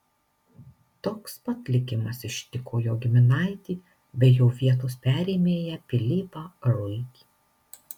toks pat likimas ištiko jo giminaitį bei jo vietos perėmėją pilypą ruigį